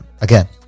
again